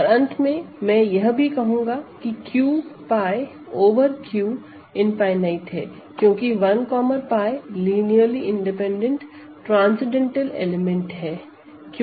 और अंत में मैं यह भी कहूँगा Q𝝅 ओवर Q इनफाइनाईट है क्योंकि 1𝝅 लिनियरली इंडिपैंडेंट ट्रान्सेंडेंटल एलिमेंट है